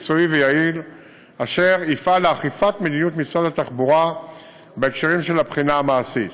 מקצועי ויעיל אשר יפעל לאכיפת מדיניות משרד התחבורה בקשר לבחינה המעשית.